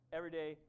Everyday